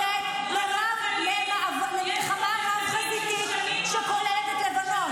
את לא יכולה לקחת את הממשלה האחרונה ולהצמיד אותה לבנימין נתניהו.